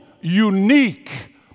unique